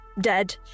dead